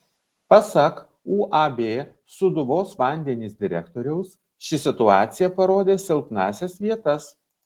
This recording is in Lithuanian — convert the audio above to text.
pasak uab sūduvos vandenys direktoriaus ši situacija parodė silpnąsias vietas